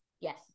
Yes